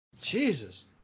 jesus